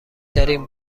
ترین